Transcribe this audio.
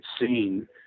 seen